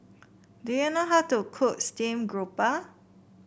do you know how to cook steam grouper